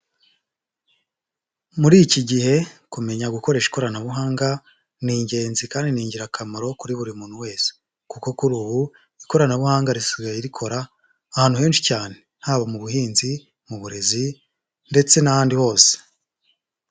Muri iki gihe kumenya gukoresha ikoranabuhanga ni ingenzi kandi ni ingirakamaro kuri buri muntu wese, kuko kuri ubu ikoranabuhanga risigaye rikora ahantu henshi cyane, haba mu buhinzi, mu burezi ndetse n'ahandi hose.